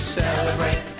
celebrate